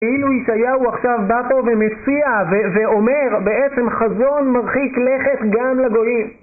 אילו ישעיהו עכשיו בא פה ומציע ואומר בעצם חזון מרחיק לכת גם לגולים